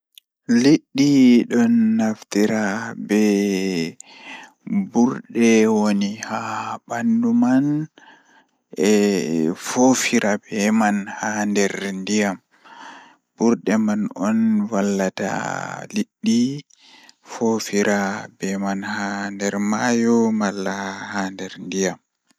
Jokkondir toothbrush ngam sabu, miɗo waawi njiddude paste walla tooth paste. Njidi pastin e toothbrush ngal, hokkondir ñaawoore ngal ko joom. Waawataa njiddaade ndaarayde, njillataa daɗɗi sabu ñaawoore ngal heɓa njiddaade. Miɗo waawaa njiddaade be nder hawrde ngal ko njillataa moƴƴaare. Njiddere, hokka toothpaste he hawrde ngal sabu njiddaade baɗi ngal.